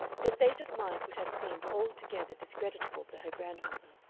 her state of mind would have seemed altogether discreditable to her grandmother.